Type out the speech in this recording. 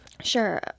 Sure